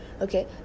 Okay